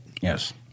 Yes